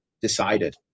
decided